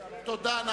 תודה.